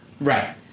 Right